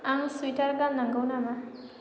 आं सुइटार गाननांगोन नामा